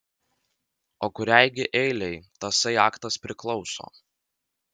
o kuriai gi eilei tasai aktas priklauso